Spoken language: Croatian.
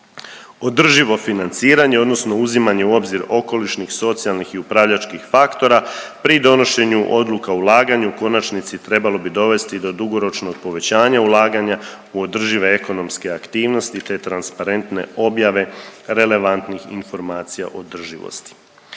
Održivo financiranje odnosno uzimanje u obzir okolišnih, socijalnih i upravljačkih faktora pri donošenju odluka o ulaganju u konačnici trebalo bi dovesti do dugoročnog povećanja ulaganja u održive ekonomske aktivnosti te transparentne objave relevantnih informacija održivosti.